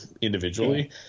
individually